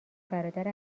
برادر